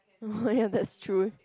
ya that's true